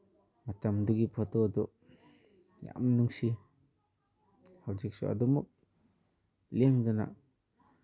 ꯃꯇꯝꯗꯨꯒꯤ ꯐꯣꯇꯣꯗꯨ ꯌꯥꯝꯅ ꯅꯨꯡꯁꯤ ꯍꯧꯖꯤꯛꯁꯨ ꯑꯗꯨꯃꯛ ꯂꯦꯡꯗꯅ